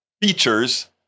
features